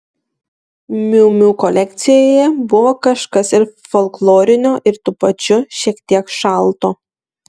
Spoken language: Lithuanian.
miu miu kolekcijoje buvo kažkas ir folklorinio ir tuo pačiu šiek tiek šalto